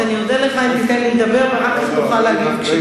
אז אני אודה לך אם תיתן לי לדבר ואחר כך תוכל להגיב כשתרצה.